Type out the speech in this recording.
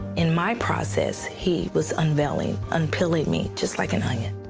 in my process, he was unveiling, unpeeled me, just like an union.